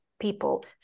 people